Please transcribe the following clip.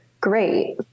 Great